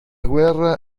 guerra